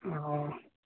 অঁ